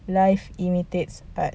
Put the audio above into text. life imitates art